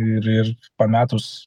ir ir pametus